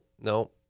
No